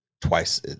twice